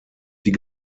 die